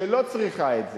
שלא צריכה את זה.